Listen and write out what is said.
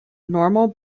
normal